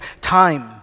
time